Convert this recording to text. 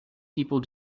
people